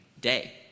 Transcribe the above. day